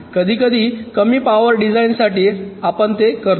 कधीकधी कमी पॉवर डिझाइनसाठी आपण ते करतो